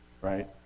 Right